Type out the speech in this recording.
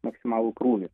maksimalų krūvį